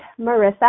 Marissa